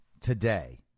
today